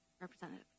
Representative